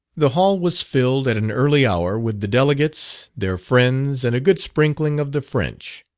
the hall was filled at an early hour with the delegates, their friends, and a good sprinkling of the french.